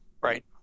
Right